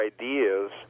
ideas